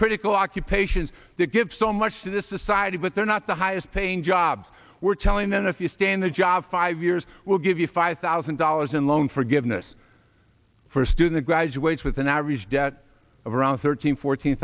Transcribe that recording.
critical occupations that give so much to the society but they're not the highest paying jobs were telling then if you stand a job five years we'll give you five thousand dollars in loan forgiveness for a student graduates with an average debt of around thirteen fourteen